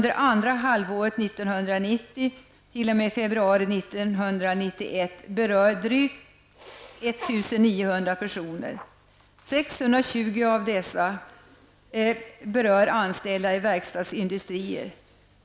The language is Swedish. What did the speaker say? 1991 berör drygt 1 900 personer. 620 berör anställda i verkstadsindustrier.